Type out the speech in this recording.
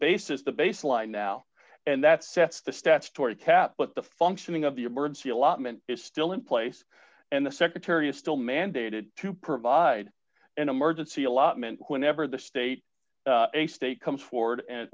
basis the baseline now and that sets the statutory tab but the functioning of the emergency allotment is still in place and the secretary of still mandated to provide an emergency allotment whenever the state a state comes forward and